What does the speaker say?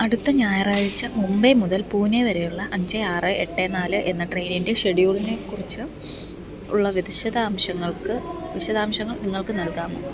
അടുത്ത ഞായറാഴ്ച മുംബൈ മുതൽ പൂനേ വരെയുള്ള അഞ്ച് ആറ് എട്ട് നാല് എന്ന ട്രെയിനിൻ്റെ ഷെഡ്യൂളിനെ കുറിച്ച് ഉള്ള വിശദാംശങ്ങൾക്ക് വിശദാംശങ്ങൾ നിങ്ങൾക്ക് നൽകാമോ